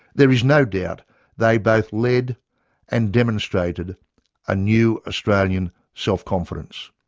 there is no doubt they both led and demonstrated a new australian self-confidence.